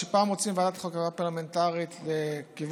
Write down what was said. שפעם רוצים ועדת חקירה פרלמנטרית לכיוון